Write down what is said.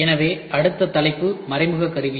எனவே அடுத்த தலைப்பு மறைமுக கருவி